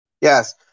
Yes